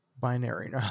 binary